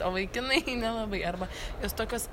o vaikinai nelabai arba jos tokios